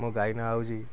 ମୋ ଗାଈ ନାଁ ହେଉଛି